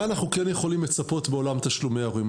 מה אנחנו כן יכולים לצפות בעולם תשלומי ההורים?